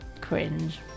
Cringe